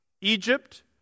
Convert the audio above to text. Egypt